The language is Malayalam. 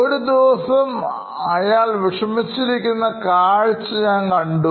ഒരു ദിവസം അയാൾ വിഷമിച്ചിരിക്കുന്ന കാഴ്ച ഞാൻ കണ്ടു